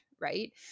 right